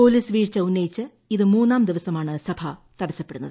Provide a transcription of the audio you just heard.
police വീഴ്ച ഉന്നയിച്ച ഇത് മൂന്നാം ദിവസമാണ് സഭ തടസപ്പെടുന്നത്